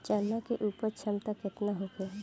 चना के उपज क्षमता केतना होखे?